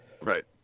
Right